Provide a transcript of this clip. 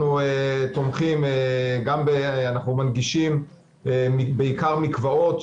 אנחנו תומכים ומנגישים בעיקר מקוואות,